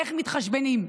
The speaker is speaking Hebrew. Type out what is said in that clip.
איך מתחשבנים.